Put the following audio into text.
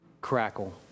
crackle